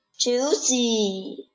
Juicy